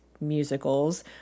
musicals